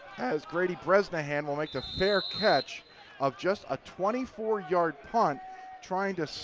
as grady bresnahan will make the fair catch of just a twenty four yard punt trying to